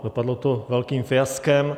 Dopadlo to velkým fiaskem.